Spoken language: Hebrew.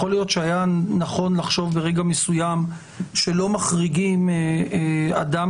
יכול להיות שהיה נכון לחשוב ברגע מסוים שלא מחריגים אדם